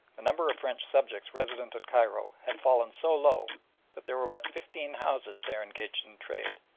the number of french subjects resident at cairo had fallen so low that there were but fifteen houses there engaged in trade,